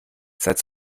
seit